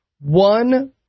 One